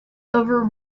over